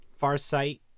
Farsight